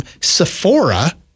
Sephora